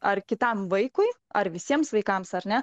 ar kitam vaikui ar visiems vaikams ar ne